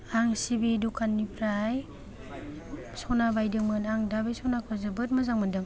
आं सिबि दखाननिफ्राय सना बायदोंमोन आं दा बे सनाखौ जोबोद मोजां मोनदों